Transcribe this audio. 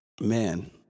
Man